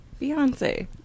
beyonce